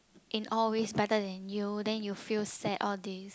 in all ways better than you then you feel sad all this